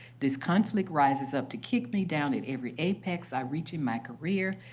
this conflict rises up to kick me down at every apex i reach in my career,